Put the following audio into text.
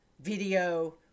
video